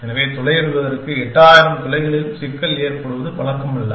எனவே துளையிடுவதற்கு எட்டாயிரம் துளைகளில் சிக்கல் ஏற்படுவது வழக்கமல்ல